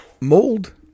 mold